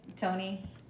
Tony